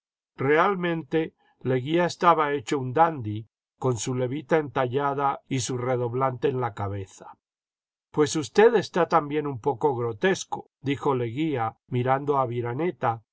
realmente leguía estaba hecho un dadi con su levita entallada y su redoblante en la cabeza pues usted está también un poco grotesco dijo leguía mirando a aviraneta